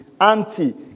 anti